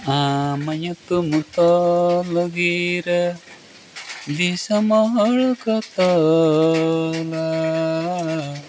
ᱟᱢ ᱧᱩᱛᱩᱢ ᱛᱚᱞ ᱜᱤᱨᱟᱹ ᱫᱤᱥᱚᱢ ᱦᱚᱲ ᱠᱚ ᱛᱚᱞᱟᱻ